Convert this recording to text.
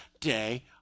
day